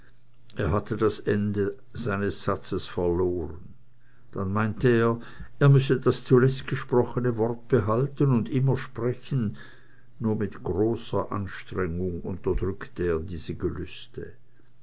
er hatte das ende seines satzes verloren dann meinte er er müsse das zuletzt gesprochene wort behalten und immer sprechen nur mit großer anstrengung unterdrückte er diese gelüste